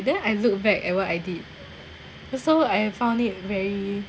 then I look back at what I did so I found it very